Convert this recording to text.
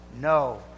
No